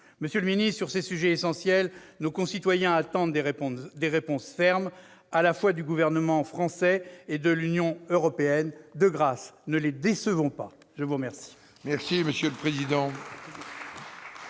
Monsieur le ministre, sur ces sujets essentiels, nos concitoyens attendent des réponses fermes, à la fois du Gouvernement français et de l'Union européenne. De grâce, ne les décevons pas ! La parole